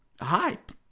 hype